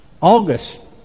August